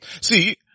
See